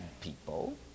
people